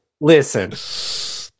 Listen